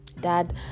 Dad